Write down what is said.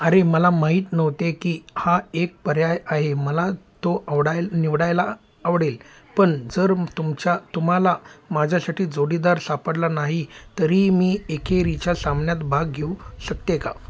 अरे मला माहीत नव्हते की हा एक पर्याय आहे मला तो आवडाय निवडायला आवडेल पण जर तुमच्या तुम्हाला माझ्यासाठी जोडीदार सापडला नाही तरी मी एकेरीच्या सामन्यात भाग घेऊ शकते का